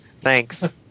Thanks